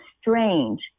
strange